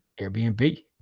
airbnb